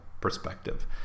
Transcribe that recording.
perspective